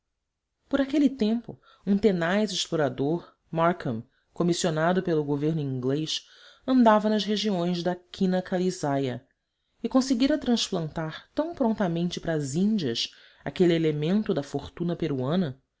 por aquele tempo uma tenaz explorador marckam comissionado pelo governo inglês andava nas regiões da quina calisaya e conseguira transplantar tão prontamente para as índias aquele elemento da fortuna peruana